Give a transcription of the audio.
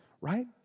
right